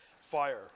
fire